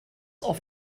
auf